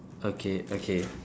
okay okay